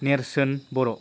नेरसोन बर'